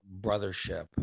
brothership